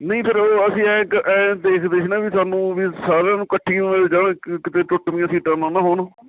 ਨਹੀਂ ਫਿਰ ਉਹ ਅਸੀਂ ਇੱਕ ਐਂ ਦੇਖਦੇ ਸੀ ਨਾ ਵੀ ਸਾਨੂੰ ਵੀ ਸਾਰਿਆਂ ਨੂੰ ਇਕੱਠੀ ਜਗ੍ਹਾ ਕ ਕਿਤੇ ਟੁੱਟਵੀਆਂ ਸੀਟਾਂ ਨਾ ਨਾ ਹੋਣ